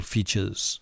Features